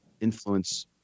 influence